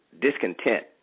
discontent